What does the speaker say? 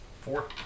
Four